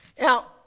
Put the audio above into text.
now